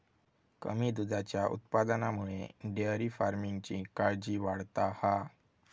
कमी दुधाच्या उत्पादनामुळे डेअरी फार्मिंगची काळजी वाढता हा